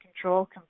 control